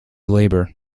labour